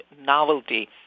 novelty